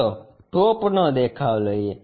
ચાલો ટોપ નો દેખાવ લઈએ